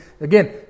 again